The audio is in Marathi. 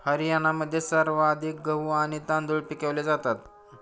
हरियाणामध्ये सर्वाधिक गहू आणि तांदूळ पिकवले जातात